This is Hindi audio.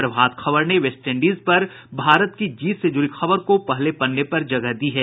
प्रभात खबर ने वेस्टइंडीज पर भारत की जीत से जुड़ी खबर को पहले पन्ने पर जगह दी है